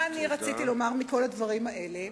מה רציתי לומר מכל הדברים האלה?